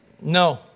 no